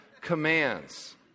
commands